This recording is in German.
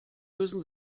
küssen